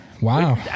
Wow